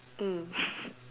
mm